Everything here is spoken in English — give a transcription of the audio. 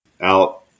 out